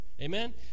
Amen